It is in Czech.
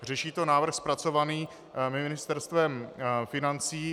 Řeší to návrh zpracovaný Ministerstvem financí.